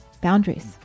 Boundaries